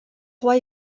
roi